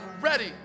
ready